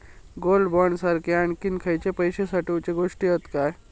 Gold bond सारखे आणखी खयले पैशे साठवूचे गोष्टी हत काय?